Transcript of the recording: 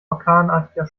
orkanartiger